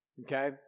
okay